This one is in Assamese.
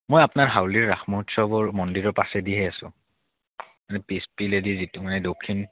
মই আপোনাৰ হাউলিৰ ৰাস মহোৎসৱৰ মন্দিৰৰ পাছেদিহে আছোঁ মানে পিছপিনে দি যিটো মানে দক্ষিণ